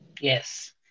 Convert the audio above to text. yes